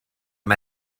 mae